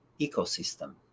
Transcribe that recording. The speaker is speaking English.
ecosystem